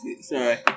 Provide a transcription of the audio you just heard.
Sorry